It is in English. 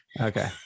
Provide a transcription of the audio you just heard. Okay